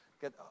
get